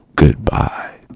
Goodbye